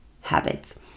habits